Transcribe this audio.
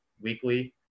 weekly